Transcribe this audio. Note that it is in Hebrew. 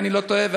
אם אני לא טועה,